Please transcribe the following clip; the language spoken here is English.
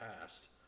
past